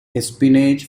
espionage